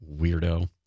Weirdo